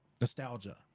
Nostalgia